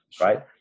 right